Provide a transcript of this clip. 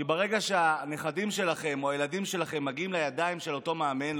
כי ברגע שהנכדים שלכם או הילדים שלכם מגיעים לידיים של אותו מאמן,